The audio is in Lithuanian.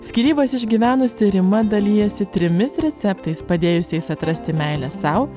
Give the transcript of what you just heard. skyrybas išgyvenusi rima dalijasi trimis receptais padėjusiais atrasti meilę sau